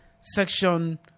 Section